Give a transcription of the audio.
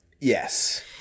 Yes